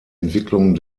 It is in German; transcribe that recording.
entwicklung